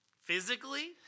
Physically